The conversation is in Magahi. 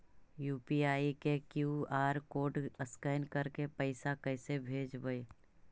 यु.पी.आई के कियु.आर कोड स्कैन करके पैसा कैसे भेजबइ?